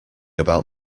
about